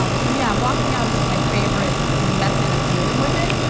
um so yeah, walking out isn't my favorite method of dealing with it.